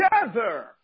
together